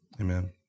Amen